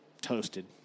toasted